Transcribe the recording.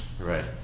Right